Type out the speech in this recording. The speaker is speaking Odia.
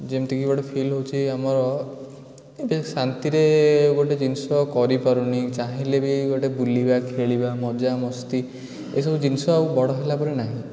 ଯେମିତି କି ଗୋଟେ ଫିଲ୍ ହେଉଛି ଆମର ଏବେ ଶାନ୍ତିରେ ଗୋଟେ ଜିନିଷ କରିପାରୁନି ଚାହିଁଲେ ବି ଗୋଟେ ବୁଲିବା ଖେଳିବା ମଜା ମସ୍ତି ଏସବୁ ଜିନିଷ ଆଉ ବଡ଼ ହେଲା ପରେ ନାହିଁ